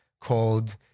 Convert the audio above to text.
called